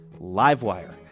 livewire